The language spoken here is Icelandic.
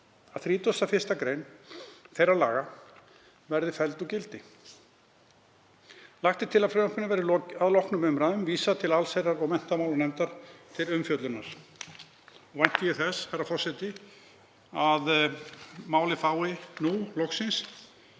á þá leið að 31. gr. þeirra laga verði felld úr gildi. Lagt er til að frumvarpinu verði að loknum umræðum vísað til allsherjar- og menntamálanefndar til umfjöllunar. Vænti ég þess, herra forseti, að málið fái nú loksins